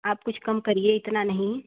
आप कुछ कम करिए इतना नहीं